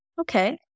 okay